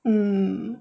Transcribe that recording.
mm